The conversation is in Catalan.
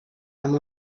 amb